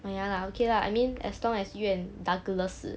ah ya lah okay lah I mean as long as you and douglas